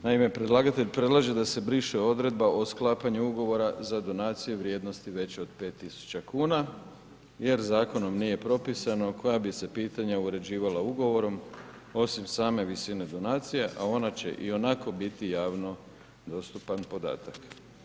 Naime, predlagatelj predlaže da se briše odredba o sklapanju ugovora, za donacije veće od 5 tisuća kuna, jer zakonom nije propisano, koja bi se pitanja uređivala ugovorom, osim same visine donacija, a ona će ionako biti javno dostupan podatak.